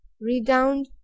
redound